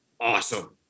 Awesome